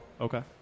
Okay